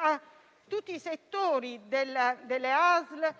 a tutti i settori, alle ASL e